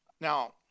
Now